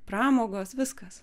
pramogos viskas